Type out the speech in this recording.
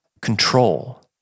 control